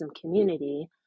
community